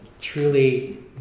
truly